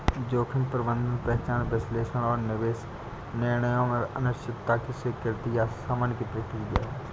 जोखिम प्रबंधन पहचान विश्लेषण और निवेश निर्णयों में अनिश्चितता की स्वीकृति या शमन की प्रक्रिया है